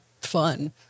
fun